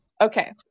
okay